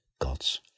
God's